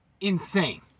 insane